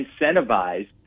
incentivized